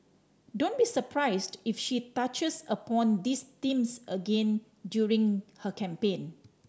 don't be surprised if she touches upon these themes again during her campaign